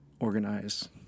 organize